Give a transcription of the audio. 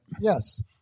Yes